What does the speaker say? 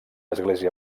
església